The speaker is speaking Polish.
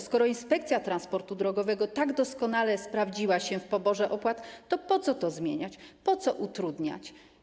Skoro Inspekcja Transportu Drogowego tak doskonale sprawdziła się w poborze opłat, to po co to zmieniać, po co utrudniać?